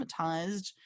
traumatized